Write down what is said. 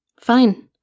Fine